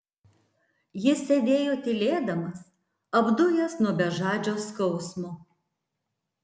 jis sėdėjo tylėdamas apdujęs nuo bežadžio skausmo